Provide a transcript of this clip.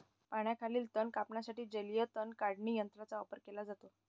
पाण्याखालील तण कापण्यासाठी जलीय तण काढणी यंत्राचा वापर केला जातो